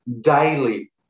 daily